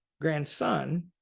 grandson